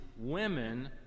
women